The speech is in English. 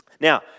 Now